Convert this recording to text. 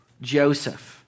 Joseph